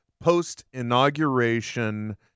post-inauguration